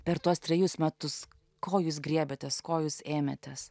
per tuos trejus metus ko jūs griebiatės ko jūs ėmėtės